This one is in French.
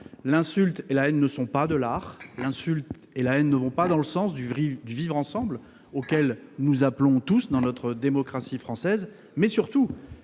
L'insulte et la haine ne sont pas de l'art. L'insulte et la haine ne vont pas dans le sens du « vivre ensemble » auquel nous appelons tous dans notre démocratie française. Mais surtout,